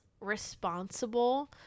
responsible